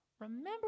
Remember